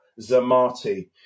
Zamati